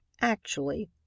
Actually